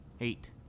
Eight